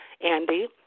andy